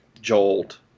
Jolt